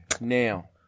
Now